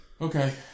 Okay